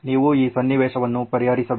ನೀವು ಈ ಸನ್ನಿವೇಶವನ್ನು ಪರಿಹರಿಸಬೇಕು